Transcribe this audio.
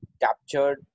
captured